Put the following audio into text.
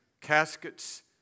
caskets